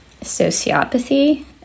sociopathy